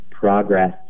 Progress